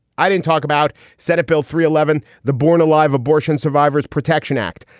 i didn't talk about senate bill three eleven, the born alive abortion survivors protection act,